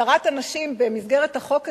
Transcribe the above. הדרת הנשים במסגרת החוק הזה.